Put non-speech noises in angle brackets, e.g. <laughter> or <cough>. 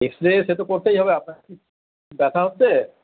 x ray সে তো করতেই হবে আপনার কি <unintelligible> ব্যথা হচ্ছে